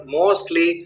mostly